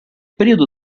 periodo